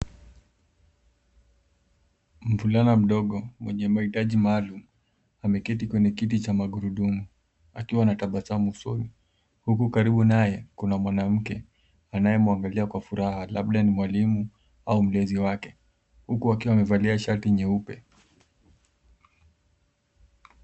Mvulana mdogo mwenye mahitaji maalum, ameketi kwenye kiti cha magurudumu akiwa anatabasamu usoni. Huku karibu naye kuna mwanamke anaye mwangalia kwa furaha labda ni mwalimu au mlezi wake huku akiwa amevalia shati nyeupe.